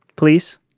please